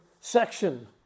section